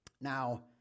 Now